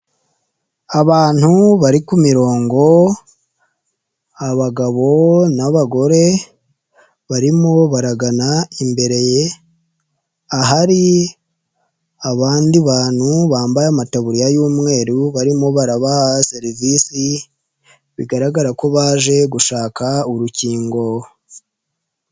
Abantu bari ku mirongo, abagabo n'abagore, barimo baragana imbere, ahari abandi bantu bambaye amateburiya y'umweru barimo barabaha serivisi, bigaragara ko baje gushaka urukingo.